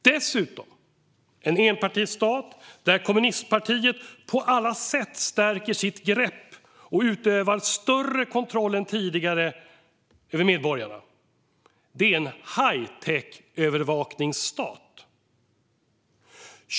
Dessutom är det en enpartistat där kommunistpartiet på alla sätt stärker sitt grepp och utövar större kontroll än tidigare över medborgarna. Det är en hightech-övervakningsstat.